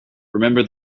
remember